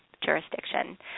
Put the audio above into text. jurisdiction